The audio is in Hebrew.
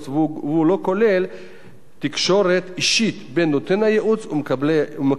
לא כולל תקשורת אישית בין נותן הייעוץ ומקבלי הייעוץ.